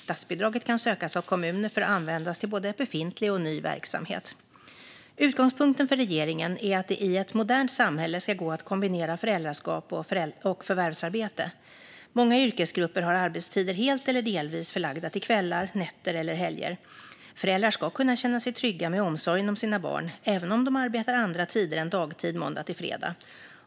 Statsbidraget kan sökas av kommuner för att användas till både befintlig och ny verksamhet. Utgångspunkten för regeringen är att det i ett modernt samhälle ska gå att kombinera föräldraskap och förvärvsarbete. Många yrkesgrupper har arbetstider helt eller delvis förlagda till kvällar, nätter eller helger. Föräldrar ska kunna känna sig trygga med omsorgen för sina barn, även om de arbetar andra tider än dagtid måndag till fredag.